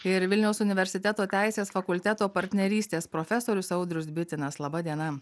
ir vilniaus universiteto teisės fakulteto partnerystės profesorius audrius bitinas laba diena